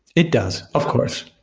it does, of course.